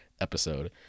episode